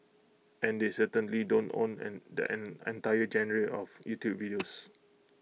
and they certainly don't own an the an entire genre of YouTube videos